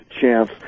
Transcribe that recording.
chance